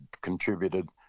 contributed